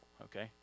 okay